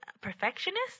perfectionist